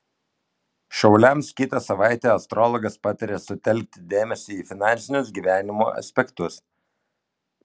šauliams kitą savaitę astrologas pataria sutelkti dėmesį į finansinius gyvenimo aspektus